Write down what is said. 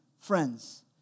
friends